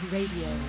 Radio